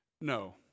No